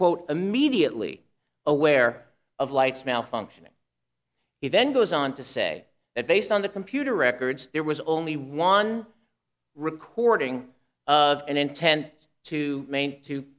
quote immediately aware of lights malfunctioning event goes on to say that based on the computer records there was only one recording of an intent to maine to